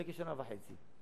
לפני כשנה וחצי,